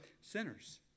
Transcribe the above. sinners